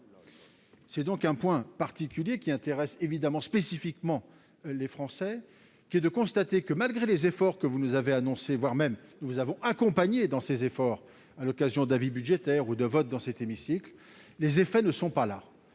c'est donc un point particulier qui intéresse évidemment spécifiquement les Français, qui est de constater que, malgré les efforts que vous nous avez annoncé voire même nous avons accompagné dans ses efforts, à l'occasion d'avis budgétaires ou de vote dans cet hémicycle les effets ne sont pas là